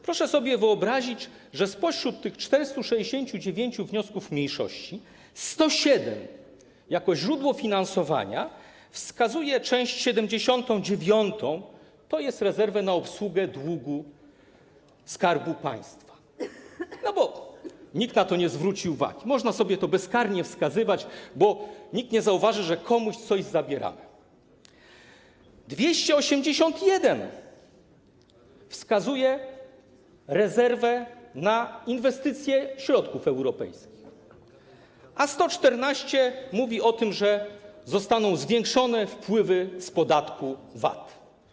Proszę sobie wyobrazić, że spośród tych 469 wniosków mniejszości 107 jako źródło finansowania wskazuje część 79, tj. rezerwę na obsługę długu Skarbu Państwa - no bo nikt na to nie zwróci uwagi, można sobie to bezkarnie wskazywać, nikt nie zauważy, że komuś coś zabieramy - 281 wskazuje rezerwę na inwestycje środków europejskich, a 114 mówi o tym, że zostaną zwiększone wpływy z podatku VAT.